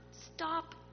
stop